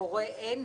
הורה אין.